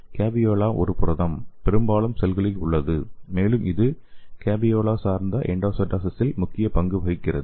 caveola ஒரு புரதம் பெரும்பாலான செல்களில் உள்ளது மேலும் இது கேவியோலா சார்ந்த எண்டோசைட்டோசிஸில் முக்கிய பங்கு வகிக்கிறது